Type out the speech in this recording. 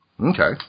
Okay